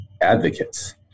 advocates